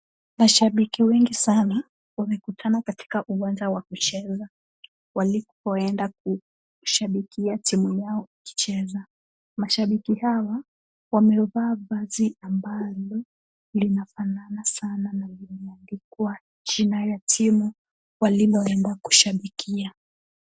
Mashabiki wengi sana wamekutana katika uwanja wa kucheza walipoenda kushabikia timu yao ikicheza. Mashabiki hawa wamevaa vazi ambalo linafanana sana na limeandikwa jina la timu waliloenda kushabikia.